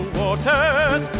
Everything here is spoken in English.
waters